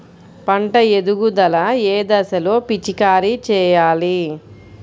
పంట ఎదుగుదల ఏ దశలో పిచికారీ చేయాలి?